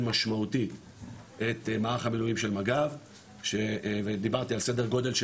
משמעותי את מערך המילואים של מג"ב ודיברתי על סדר גודל של